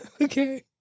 Okay